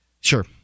Sure